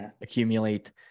accumulate